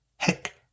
Heck